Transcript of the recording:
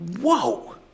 Whoa